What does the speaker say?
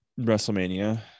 WrestleMania